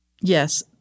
Yes